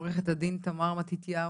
עורכת הדין תמר מתתיהו,